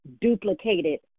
duplicated